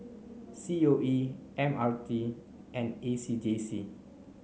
C O E M R T and A C J C